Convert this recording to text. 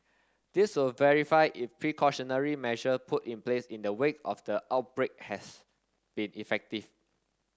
this will verify if precautionary measure put in place in the wake of the outbreak has been effective